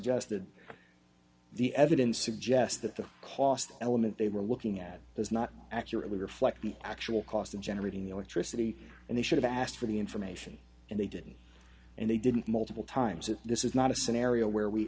suggested the evidence suggests that the cost element they were looking at does not accurately reflect the actual cost of generating electricity and they should have asked for the information and they didn't and they didn't multiple times that this is not a scenario where we